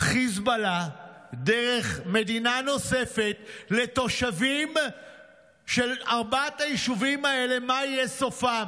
חיזבאללה דרך מדינה נוספת לתושבים של ארבעת היישובים האלה מה יהיה סופם.